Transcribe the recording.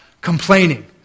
complaining